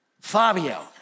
Fabio